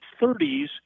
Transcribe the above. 30s